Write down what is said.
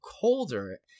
colder